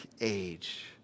age